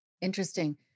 Interesting